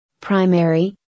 Primary